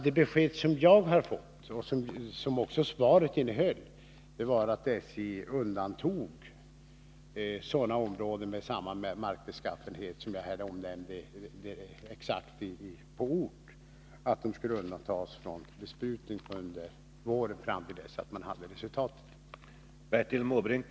Det besked som jag har fått och som redovisas i svaret var att SJ skulle undanta vissa områden, med den markbeskaffenhet som jag exakt angav, från besprutning under våren fram till dess att man har utredningens resultat.